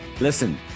listen